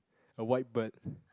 a white bird